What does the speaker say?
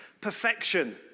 perfection